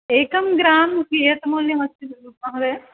एकं ग्रां कियत् मूल्यमस्ति महोदया